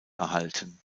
erhalten